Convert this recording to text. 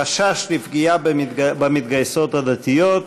חשש לפגיעה במתגייסות הדתיות.